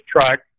truck